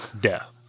Death